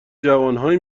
جوانهایی